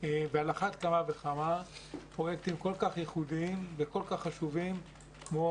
ועל אחת כמה וכמה פרויקטים כל כך ייחודיים וכל כך חשובים כמו